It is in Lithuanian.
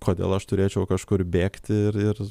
kodėl aš turėčiau kažkur bėgti ir ir